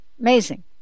amazing